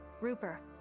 Rupert